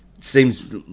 seems